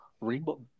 Rainbow